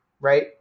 right